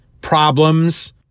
problems